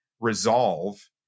resolve